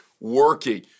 working